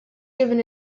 given